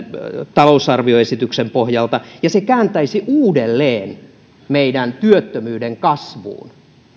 talousarvioesityksen pohjalta ja se kääntäisi uudelleen meidän työttömyytemme kasvuun